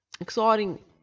Exciting